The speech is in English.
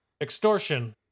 Extortion